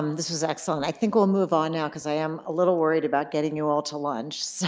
um this is excellent. i think we'll move on now because i am a little worried about getting you all to lunch. so